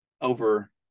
over